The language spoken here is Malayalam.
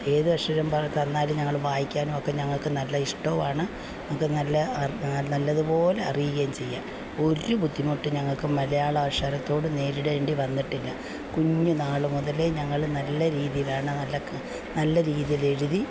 ഏത് അക്ഷരം പ തന്നാലും ഞങ്ങൾ വായിക്കാനും ഒക്കെ ഞങ്ങൾക്ക് നല്ല ഇഷ്ടവുമാണ് നമുക്ക് നല്ല നല്ലതുപോലെ അറിയുകയും ചെയ്യാം ഒരു ബുദ്ധിമുട്ടും ഞങ്ങൾക്ക് മലയാള അക്ഷരത്തോട് നേരിടേണ്ടി വന്നിട്ടില്ല കുഞ്ഞുന്നാൾ മുതലേ ഞങ്ങൾ നല്ല രീതിയിലാണ് നല്ല നല്ല രീതിയിൽ എഴുതി